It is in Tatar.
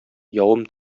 явым